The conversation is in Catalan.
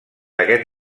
aquest